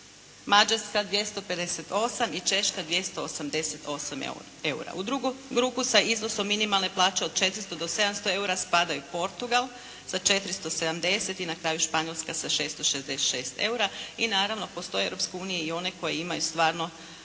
Mađarska 258 i Češka 288 eura. U drugu grupu sa iznosom minimalne plaće od 400 do 700 eura spadaju Portugal sa 470 i na kraju Španjolska sa 666 eura i naravno, postoje u Europskoj uniji i one koje imaju stvarno